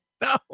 No